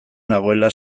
nagoela